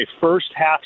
first-half